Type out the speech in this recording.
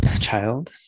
child